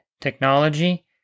technology